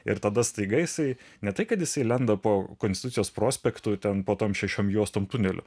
ir tada staiga jisai ne tai kad jisai lenda po konstitucijos prospektu ten po tom šešiom juostom tuneliu